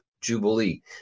Jubilee